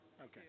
Okay